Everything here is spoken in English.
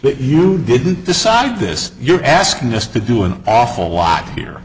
that you didn't decide this you're asking us to do an awful lot here